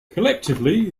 collectively